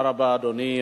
תודה רבה, אדוני.